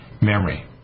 memory